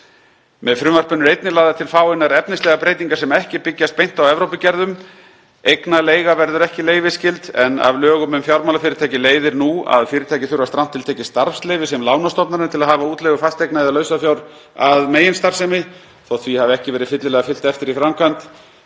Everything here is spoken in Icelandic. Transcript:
Með frumvarpinu eru einnig lagðar til fáeinar efnislegar breytingar sem ekki byggjast beint á Evrópugerðum. Eignaleiga verður ekki leyfisskyld, en af lögum um fjármálafyrirtæki leiðir nú að fyrirtæki þurfa strangt til tekið starfsleyfi sem lánastofnanir til að hafa útleigu fasteigna eða lausafjár að meginstarfsemi þótt því hafi ekki verið fyllilega fylgt eftir í framkvæmd.